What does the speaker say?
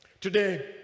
today